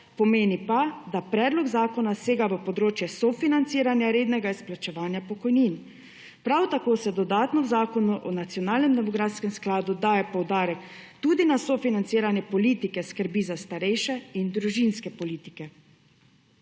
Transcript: pomeni pa, da predlog zakona sega v področje sofinanciranja rednega izplačevanja pokojnin. Prav tako se dodatno v Zakonu o nacionalnem demografskem skladu, daje poudarek tudi na sofinanciranje politike skrbi za starejše in družinske politike.